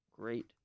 Great